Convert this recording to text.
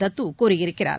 தத்து கூறியிருக்கிறார்